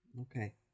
Okay